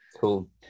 cool